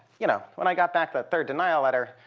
you know, when i got back the third denial letter,